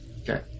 Okay